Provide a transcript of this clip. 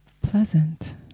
pleasant